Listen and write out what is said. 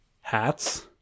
hats